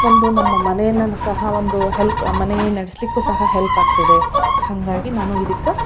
ಒಂದು ನಮ್ಮ ಮನೆಯನ್ನ ಸಹ ಒಂದು ಹೆಲ್ಪ್ ಮನೆ ನಡೆಸಲಿಕ್ಕೂ ಸಹ ಹೆಲ್ಪ್ ಆಗ್ತದೆ ಹಾಗಾಗಿ ನಾನು ಇದಕ್ಕೆ